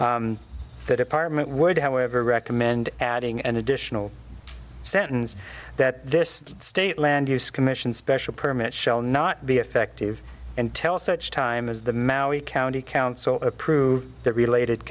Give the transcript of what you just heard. department would however recommend adding an additional sentence that this state land use commission special permit shall not be effective and tell such time as the maui county council approved the related